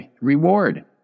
reward